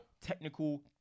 technical